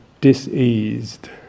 diseased